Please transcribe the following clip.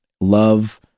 love